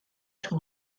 توو